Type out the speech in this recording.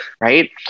right